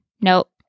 Nope